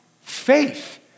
Faith